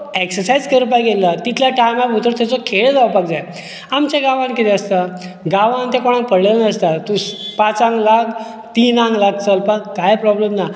थंय तो एक्सरसायज करपाक येयला तितल्या टायमा भितर ताचो खेळ जावपाक जाय आमच्या गांवांत कितें आसता गांवांत तें कोणाक पडलेलें नासता तूं पांचाक लाग तिनांक लाग चलपाक काय प्रोबलम ना